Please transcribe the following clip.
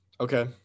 Okay